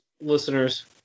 listeners